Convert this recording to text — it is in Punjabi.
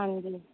ਹਾਂਜੀ